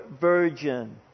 virgin